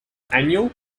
annual